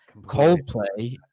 Coldplay